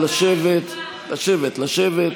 נא לשבת, לשבת, לשבת.